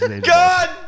God